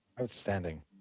Outstanding